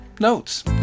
notes